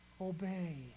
obey